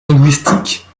linguistique